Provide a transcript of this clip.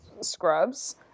scrubs